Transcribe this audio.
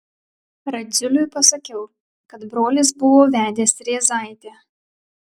radziuliui pasakiau kad brolis buvo vedęs rėzaitę